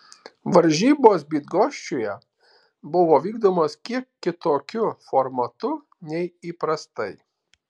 varžybos bydgoščiuje buvo vykdomos kiek kitokiu formatu nei įprastai